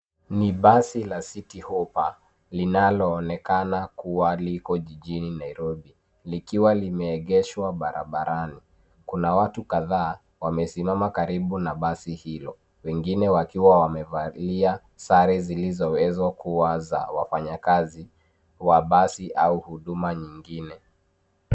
Ni basi la Citi Hoppa linaloonekana kuwa liko jijini Nairobi likiwa limeegeshwa barabarani. Kuna watu kadhaa wamesimama karibu na basi hilo, wengine wakiwa wamevalia sare zilizoweza kuwa za wafanyikazi wa basi au huduma nyingine.